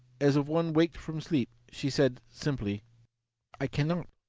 as of one waked from sleep, she said simply i cannot!